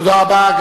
תודה רבה.